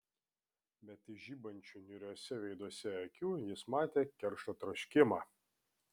bet iš žibančių niūriuose veiduose akių jis matė keršto troškimą